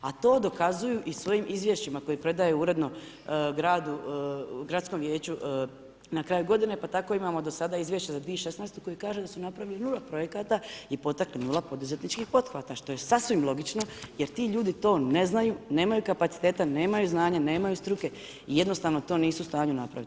A to dokazuju i svojim izvješćima koje predaju uredno gradskom vijeću na kraju godine pa tako imamo do sada izvješće za 2016. koje kaže da su napravili nula projekata i potaknuli nula poduzetničkih pothvata što je sasvim logično jer ti ljudi to ne znaju, nemaju kapaciteta, nemaju znanja, nemaju struke i jednostavno to nisu u stanju napraviti.